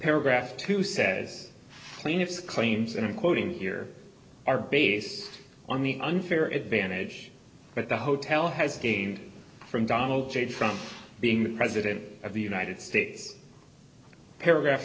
paragraph two says plaintiff's claims and i'm quoting here are based on the unfair advantage that the hotel has gained from donald judge from being the president of the united states paragraph